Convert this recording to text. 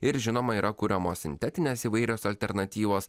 ir žinoma yra kuriamos sintetinės įvairios alternatyvos